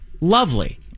Lovely